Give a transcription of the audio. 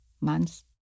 months